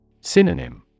Synonym